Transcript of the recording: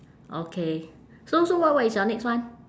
okay so so what what is your next one